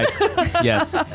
Yes